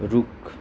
रुख